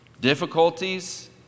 difficulties